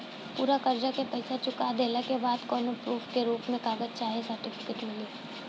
पूरा कर्जा के पईसा चुका देहला के बाद कौनो प्रूफ के रूप में कागज चाहे सर्टिफिकेट मिली?